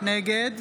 נגד